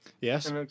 yes